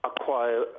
acquire